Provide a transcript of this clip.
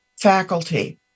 faculty